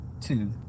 Two